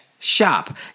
Shop